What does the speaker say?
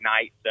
night